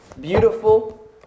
beautiful